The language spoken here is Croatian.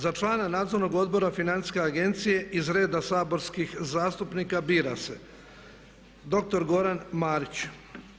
Za člana Nadzornog odbora Financijske agencije iz reda saborskih zastupnika bira se dr. Goran Marić.